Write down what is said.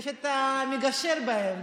יש את המגשר באמצע.